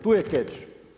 Tu je keč.